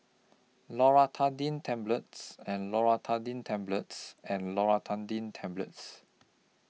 Loratadine Tablets and Loratadine Tablets and Loratadine Tablets